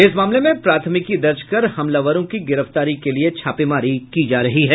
इस मामले में प्राथमिकी दर्ज कर हमलावरों की गिरफ्तारी के लिए छापेमारी की जा रही है